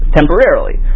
temporarily